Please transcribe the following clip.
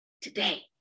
today